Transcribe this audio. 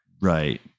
Right